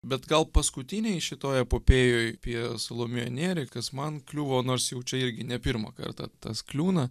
bet gal paskutinėj šitoj epopėjoj apie salomėją nėrį kas man kliuvo nors jaučiu irgi ne pirmą kartą tas kliūna